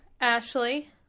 Ashley